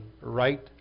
right